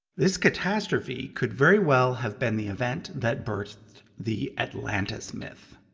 this catastrophe could very well have been the event that birthed the atlantis myth.